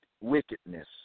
wickedness